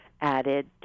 added